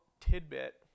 tidbit